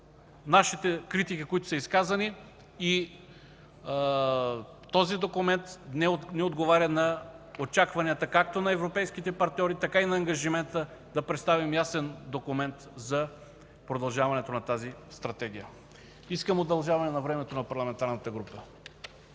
нашите критики, които са изказани, и този документ не отговоря на очакванията както на европейските партньори, така и на ангажимента да представим ясен документ за продължаването на тази Стратегия. Искам удължаване на времето на парламентарната група.